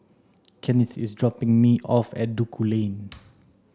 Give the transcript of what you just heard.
Kennith is dropping me off at Duku Lane